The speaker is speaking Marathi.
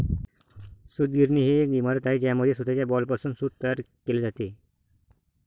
सूतगिरणी ही एक इमारत आहे ज्यामध्ये सूताच्या बॉलपासून सूत तयार केले जाते